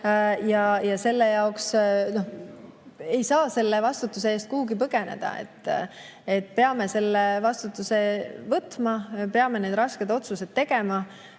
nagu on. Ja ei saa selle vastutuse eest kuhugi põgeneda. Me peame selle vastutuse võtma, peame need rasked otsused tegema,